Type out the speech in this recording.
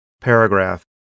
paragraph